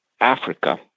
Africa